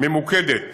ממוקדת